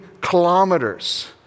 kilometers